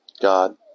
God